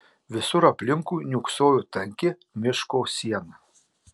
visur aplinkui niūksojo tanki miško siena